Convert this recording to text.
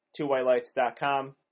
twowhitelights.com